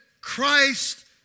Christ